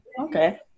Okay